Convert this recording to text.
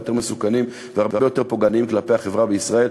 יותר מסוכנים והרבה יותר פוגעניים כלפי החברה בישראל.